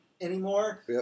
anymore